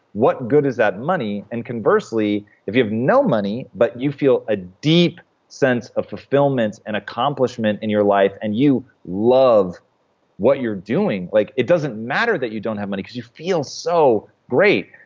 what good is that money? and conversely, if you have no money but you feel a deep sense of fulfillment and accomplishment in your life and you love what you're doing, like it doesn't matter that you don't have money because you feel so great.